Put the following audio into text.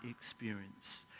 experience